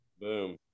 Boom